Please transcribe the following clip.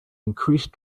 increased